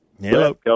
Hello